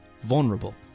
vulnerable